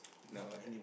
now what